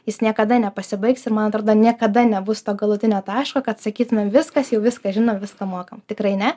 jis niekada nepasibaigs ir man atrodo niekada nebus galutinio taško kad sakytumėm viskas jau viską žinom viską mokam tikrai ne